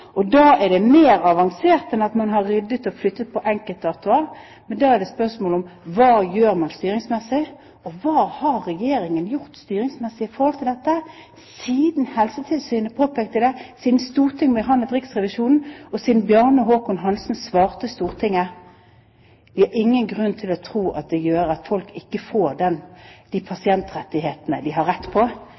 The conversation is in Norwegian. tidligere. Da er det mer avansert enn at man har ryddet i og flyttet på enkeltdatoer; da er det et spørsmål om hva man gjør styringsmessig, og hva Regjeringen har gjort styringsmessig når det gjelder dette – siden Helsetilsynet påpekte det, siden Stortinget behandlet Riksrevisjonens rapport, og siden Bjarne Håkon Hanssen svarte Stortinget at det er ingen grunn til å tro at folk ikke får de pasientrettighetene de har krav på.